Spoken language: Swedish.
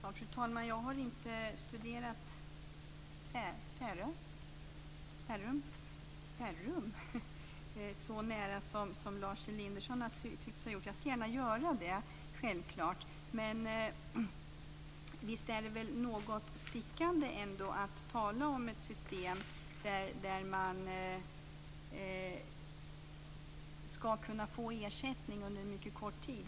Fru talman! Jag har inte studerat Farum så nära som Lars Elinderson har gjort. Jag ska självklart göra det. Visst är det något stickande att tala om ett system där man ska få ersättning under kort tid.